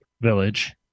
village